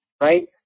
Right